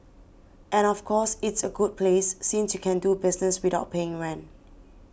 and of course it's a good place since you can do business without paying rent